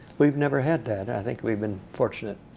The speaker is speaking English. we've never had that. i think we've been fortunate.